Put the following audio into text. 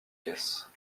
caisse